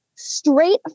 straight